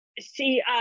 see